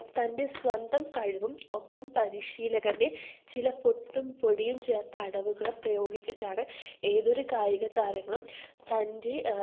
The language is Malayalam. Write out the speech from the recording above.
തൻ്റെ സ്വന്തം കഴിവും ഒപ്പം പരിശീലകൻ്റെ ചില പൊട്ടും പൊടിയും ചേർത്ത അടവുകളും പ്രയോഗിച്ചിട്ടാണ് ഏതൊരു കായികതാരങ്ങളും തൻ്റെ